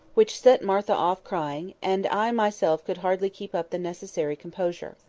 which set martha off crying, and i myself could hardly keep up the necessary composure.